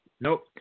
Nope